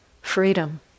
freedom